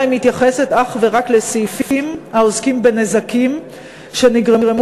אלא היא מתייחסת אך ורק לסעיפים העוסקים בנזקים שנגרמו